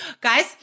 Guys